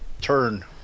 Turn